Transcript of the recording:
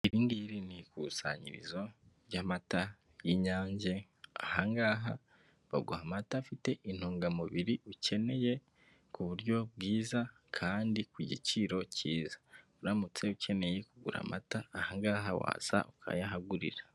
Iri ngiri ni ikusanyirizo ry'amata y'Inyange, ahangaha baguha amata afite intungamubiri ukeneye, ku buryo bwiza kandi ku giciro cyiza, uramutse ucyeneye kugura amata aha ngaha waza ukayahagurira.